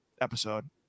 episode